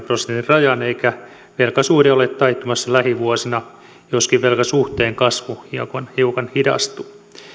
prosentin rajan eikä velkasuhde ole taittumassa lähivuosina joskin velkasuhteen kasvu hiukan hidastuu